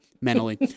mentally